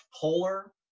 polar